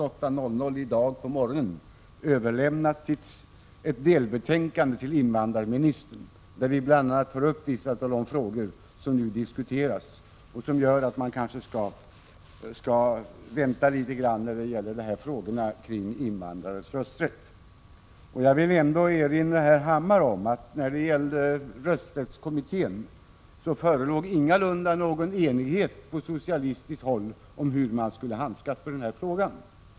08.00 i dag på morgonen överlämnade ett delbetänkande till invandrarministern, där vi bl.a. tar upp vissa av de frågor som nu diskuterats, vilket gör att man kanske skall vänta litet med frågorna om invandrarnas rösträtt. Jag vill erinra herr Hammar om att det i rösträttskommittén ingalunda förelåg någon enighet på socialistiskt håll om hur man skall handskas med frågan.